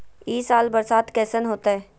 ई साल बरसात कैसन होतय?